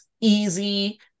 easy